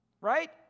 right